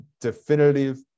definitive